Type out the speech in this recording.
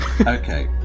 Okay